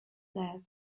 that